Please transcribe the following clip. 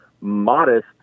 modest